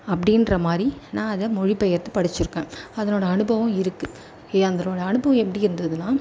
அப்படின்றமாரி நான் அதை மொழிபெயர்த்து படிச்சிருக்கேன் அதனோடய அனுபவம் இருக்குது அதனோடய அனுபவம் எப்படி இருந்ததுனால்